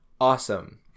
Awesome